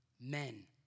men